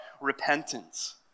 repentance